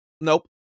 nope